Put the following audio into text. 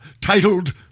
titled